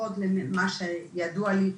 לפחות ממה שידוע לי,